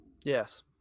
yes